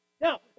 Now